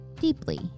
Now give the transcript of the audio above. deeply